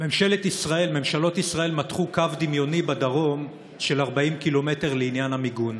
ממשלות ישראל מתחו בדרום קו דמיוני של 40 ק"מ לעניין המיגון,